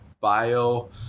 bio